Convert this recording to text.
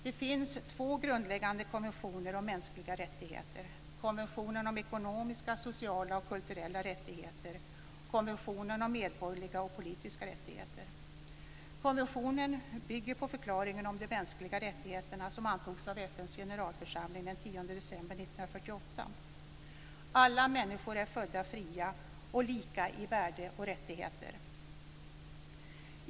Det finns två grundläggande konventioner om mänskliga rättigheter: konventionen om ekonomiska, sociala och kulturella rättigheter samt konventionen om medborgerliga och politiska rättigheter. Konventionerna bygger på förklaringen om de mänskliga rättigheterna som antogs av FN:s generalförsamling den 10 december 1948. Alla människor är födda fria och lika i värde och rättigheter.